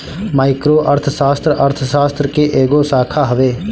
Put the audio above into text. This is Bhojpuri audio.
माईक्रो अर्थशास्त्र, अर्थशास्त्र के एगो शाखा हवे